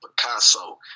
Picasso